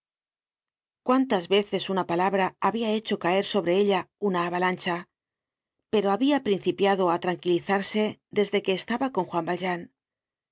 cuántas veces una palabra habia hecho caer sobre ella una avalancha pero habia principiado á tranquilizarse desde que estaba con juan valjean